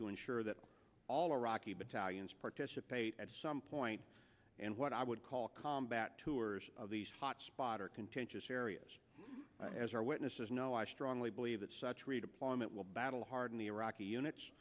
to ensure that all iraqi battalions participate at some point and what i would call combat tours of these hot spot or contentious areas as our witnesses know i strongly believe that such redeployment will battle hardened iraqi units